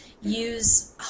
use